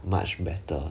much better